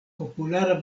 populara